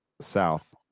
South